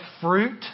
fruit